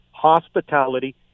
hospitality